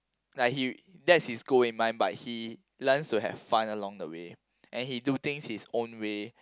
like he that's his goal in mind but he learns to have fun along the way and he do things his own way